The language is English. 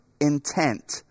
intent